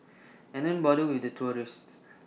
and don't bother with the tourists